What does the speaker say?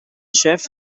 sheriff